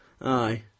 Aye